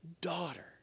daughter